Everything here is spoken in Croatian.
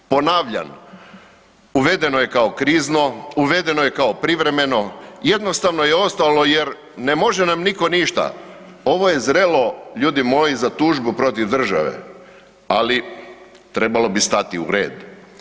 Ponavljam, uvedeno je kao krizno, uvedeno je kao privremeno, jednostavno je ostalo jer ne može nam nitko ništa, ovo je zrelo ljudi moji, za tužbu protiv države ali trebalo bi stati u red.